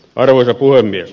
arvoisa puhemies